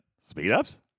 speed-ups